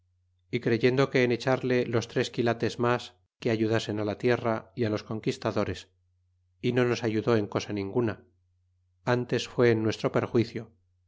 y creyendo que en echarle los tres quilates mas que ayudasen la tierra y los conquistadores y nonos ayudó en cosa ninguna ntes fue en nuestro perjuicio